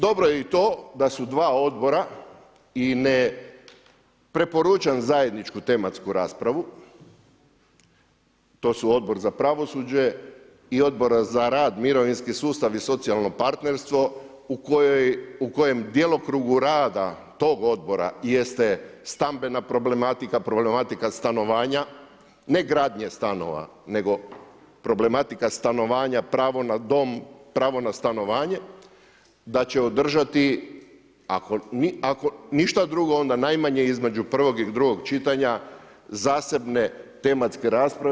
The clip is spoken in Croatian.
Dobro je i to da su dva odbora i ne preporučam zajedničku tematsku raspravu, to su Odbor za pravosuđe i Odbora za rad, mirovinski sustav i socijalno partnerstvo u kojem djelokrugu rada tog odbora jeste stambena problematika, problematika stanovanja, ne gradnje stanova nego problematika stanovanja, pravo na dom, pravo na stanovanje da će održati ako ništa drugo onda najmanje između prvog i drugog čitanja zasebne tematske rasprave.